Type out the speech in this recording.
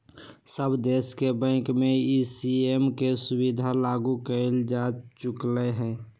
सब देश के बैंक में ई.सी.एस के सुविधा लागू कएल जा चुकलई ह